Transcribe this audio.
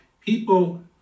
people